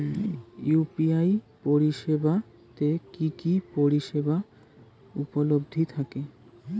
UPI পরিষেবা তে কি কি পরিষেবা উপলব্ধি থাকে?